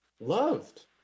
loved